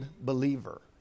believer